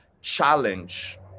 challenge